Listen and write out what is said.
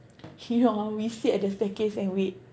he hor we sit at the staircase and wait